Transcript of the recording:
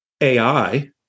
AI